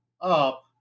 up